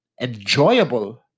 enjoyable